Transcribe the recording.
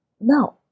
no